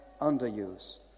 underuse